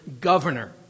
governor